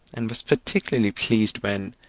and was particularly pleased when,